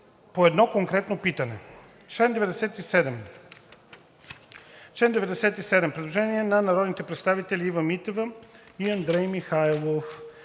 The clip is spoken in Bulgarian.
по едно конкретно питане.“ По чл. 97 има предложение на народните представители Ива Митева и Андрей Михайлов.